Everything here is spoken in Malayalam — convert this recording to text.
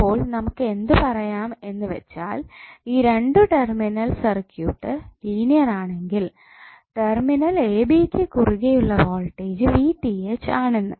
അപ്പോൾ നമുക്കു എന്ത് പറയാം എന്ന് വെച്ചാൽ രണ്ടു ടെർമിനൽ സർക്യൂട്ട് ലീനിയർ ആണെങ്കിൽ ടെർമിനൽ എ ബി ക്കു കുറുകെ ഉള്ള വോൾടേജ് ആണെന്ന്